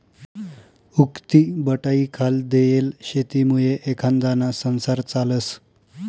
उक्तीबटाईखाल देयेल शेतीमुये एखांदाना संसार चालस